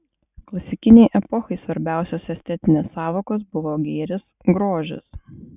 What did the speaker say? klasikinei epochai svarbiausios estetinės sąvokos buvo gėris grožis